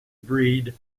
breed